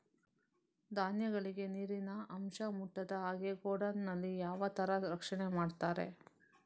ಧಾನ್ಯಗಳಿಗೆ ನೀರಿನ ಅಂಶ ಮುಟ್ಟದ ಹಾಗೆ ಗೋಡೌನ್ ನಲ್ಲಿ ಯಾವ ತರ ರಕ್ಷಣೆ ಮಾಡ್ತಾರೆ?